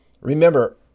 Remember